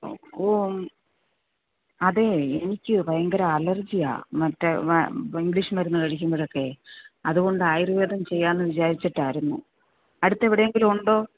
ഓ മ്മ് അതെ എനിക്ക് ഭയങ്കര അലർജി ആണ് മറ്റെ വ ഇംഗ്ലീഷ് മരുന്ന് കഴിക്കുമ്പോഴൊക്കെ അതുകൊണ്ട് ആയുർവേദം ചെയ്യാമെന്ന് വിചാരിച്ചിട്ടായിരുന്നു അടുത്ത് എവിടെയെങ്കിലും ഉണ്ടോ